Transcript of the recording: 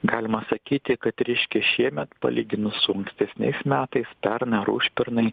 galima sakyti kad ryškiai šiemet palyginus su ankstesniais metais pernai ar užpernai